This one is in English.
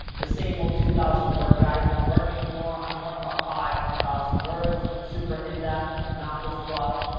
the same old two thousand-word guides won't work anymore. i'm talk about five, ten thousand words. super in-depth, not with fluff.